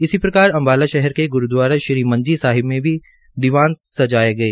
इस प्रकार अम्बाला शहर के ग्रूदवारा मंजी साहिब में भी दीवान सजाये गये